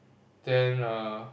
then uh